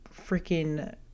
freaking